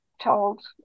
told